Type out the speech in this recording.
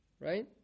Right